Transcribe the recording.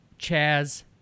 Chaz